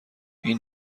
این